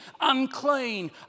unclean